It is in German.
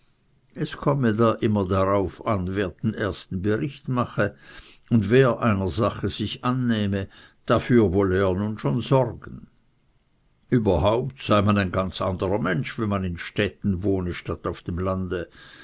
es komme da immer darauf an wer den ersten bericht mache und wer einer sache sich annehme überhaupt sei man ein ganz anderer mensch wenn man in städten wohne statt auf dem lande